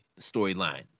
storyline